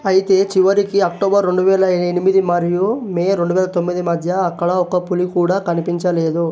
అయితే చివరికి అక్టోబర్ రెండు వేల ఎనిమిది మరియు మే రెండు వేల తొమ్మిది మధ్య అక్కడ ఒక్క పులి కూడా కనిపించలేదు